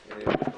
בפנינו.